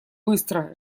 быстро